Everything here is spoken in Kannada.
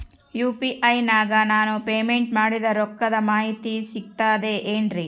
ಯು.ಪಿ.ಐ ನಾಗ ನಾನು ಪೇಮೆಂಟ್ ಮಾಡಿದ ರೊಕ್ಕದ ಮಾಹಿತಿ ಸಿಕ್ತದೆ ಏನ್ರಿ?